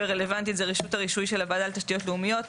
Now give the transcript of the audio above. הרלוונטית זה רשות הרישוי של הוועדה לתשתיות לאומיות,